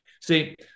See